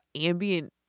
Ambient